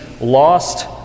lost